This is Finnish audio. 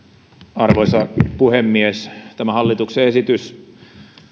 arvoisa puhemies tämä hallituksen esitys